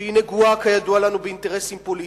שהיא נגועה כידוע לנו באינטרסים פוליטיים,